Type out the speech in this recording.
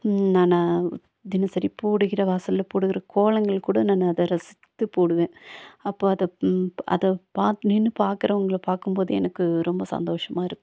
நானாக தினசரி போடுகிற வாசல்ல போடுகிற கோலங்கள்கூட நான் அதை ரசித்து போடுவென் அப்போ அதை அதை பா நின்று பார்க்குறவங்கள பார்க்கும் போது எனக்கு ரொம்ப சந்தோஷமாக இருக்கும்